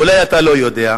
אולי אתה לא יודע,